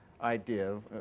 idea